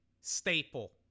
staple